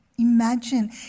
Imagine